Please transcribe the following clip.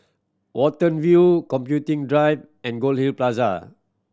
Watten View Computing Drive and Goldhill Plaza